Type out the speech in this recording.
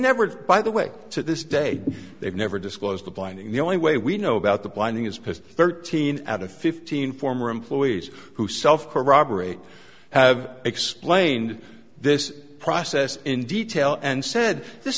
never by the way to this day they've never disclosed the binding the only way we know about the blinding is pissed thirteen out of fifteen former employees who self corroborate have explained this process in detail and said this